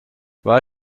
why